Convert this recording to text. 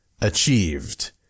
achieved